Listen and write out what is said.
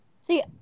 See